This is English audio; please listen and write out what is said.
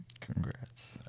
Congrats